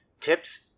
Tips